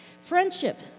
Friendship